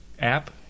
app